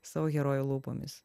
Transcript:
savo herojų lūpomis